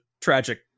tragic